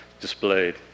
displayed